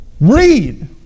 read